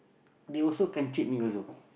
they also can cheat me also